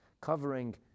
covering